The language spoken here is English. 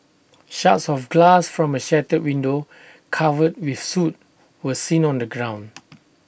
shards of glass from A shattered window covered with soot were seen on the ground